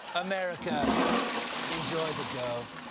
america enjoy the go.